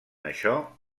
això